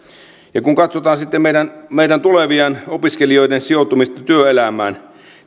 kun katsotaan sitten meidän meidän tulevien opiskelijoiden sijoittumista työelämään